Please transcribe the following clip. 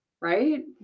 right